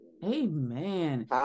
Amen